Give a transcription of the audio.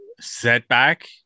setback